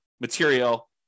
material